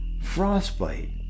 frostbite